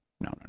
no